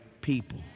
people